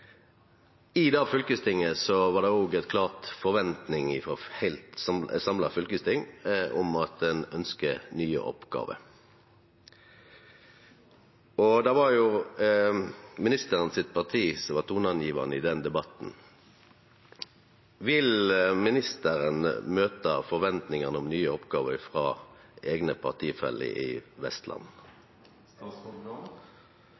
I det fylkestinget var det òg ei klar forventning frå eit heilt samla fylkesting om at ein ønskjer nye oppgåver, og det var partiet til ministeren som var leiande i den debatten. Vil ministeren møta forventningane om nye oppgåver frå eigne partifeller i